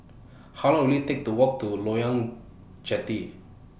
How Long Will IT Take to Walk to Loyang Jetty